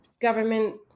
government